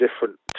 different